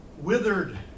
withered